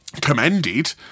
commended